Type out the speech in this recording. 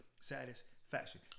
satisfaction